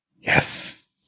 Yes